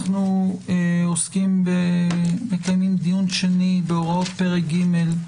אנחנו מקיימים דיון שני בהוראות פרק ג'